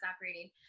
operating